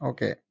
Okay